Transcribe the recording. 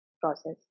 process